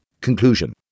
Conclusion